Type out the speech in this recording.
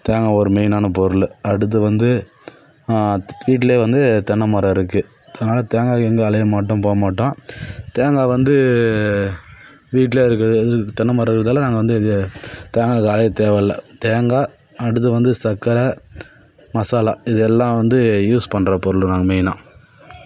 தேங்காய் ஒரு மெய்னான பொருள் அடுத்து வந்து வீட்டிலே வந்து தென்னை மரம் இருக்குது அதனால் தேங்காய் எங்கே அலையை மாட்டோம் போக மாட்டோம் தேங்காய் வந்து வீட்டிலே இருக்கிற தென்னை மரம் இருக்கிறதால நாங்கள் வந்து இது தேங்காய்க்கு அலையை தேவைல்ல தேங்காய் அடுத்து வந்து சர்க்கரை மசாலா இது எல்லாம் வந்து யூஸ் பண்ணுற பொருள் தான் மெய்னாக